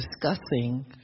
discussing